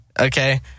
okay